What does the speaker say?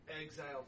exiled